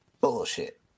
Bullshit